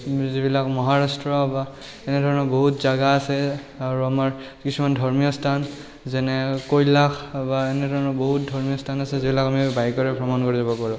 যিবিলাক মহাৰাষ্ট্ৰ বা এনেধৰণৰ বহুত জেগা আছে আৰু আমাৰ কিছুমান ধৰ্মীয় স্থান যেনে কৈলাশ বা এনেধৰণৰ বহুত ধৰ্মীয় স্থান আছে যিবিলাক আমি বাইকেৰে ভ্ৰমণ কৰিব পাৰোঁ